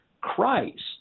Christ